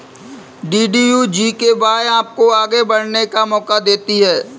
DDU GKY आपको आगे बढ़ने का मौका देती है